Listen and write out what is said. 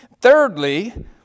Thirdly